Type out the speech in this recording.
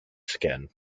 skin